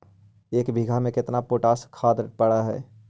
एक बिघा में केतना पोटास खाद पड़ है?